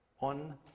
on